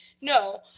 No